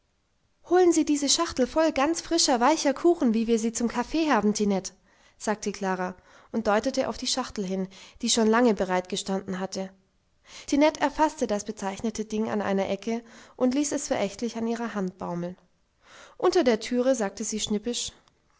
holen sie diese schachtel voll ganz frischer weicher kuchen wie wir sie zum kaffee haben tinette sagte klara und deutete auf die schachtel hin die schon lange bereitgestanden hatte tinette erfaßte das bezeichnete ding an einer ecke und ließ es verächtlich an ihrer hand baumeln unter der türe sagte sie schnippisch